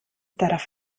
darauf